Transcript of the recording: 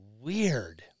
Weird